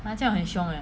这样很凶 leh